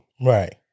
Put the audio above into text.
Right